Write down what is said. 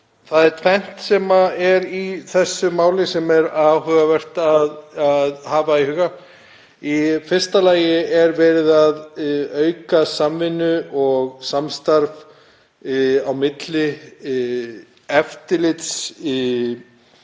Það er tvennt sem er í þessu máli sem er gott að hafa í huga. Í fyrsta lagi er verið að auka samvinnu og samstarf milli eftirlitsstofnana